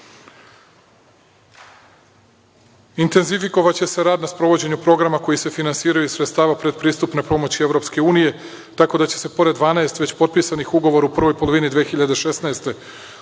pravičnije. Intenzifikovaće se rad na sprovođenju programa koji se finansiraju iz sredstava predpristupne pomoći EU, tako da će se pored 12 već potpisanih ugovora u prvoj polovini 2016.